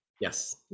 Yes